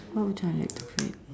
what would I like to create